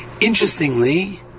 Interestingly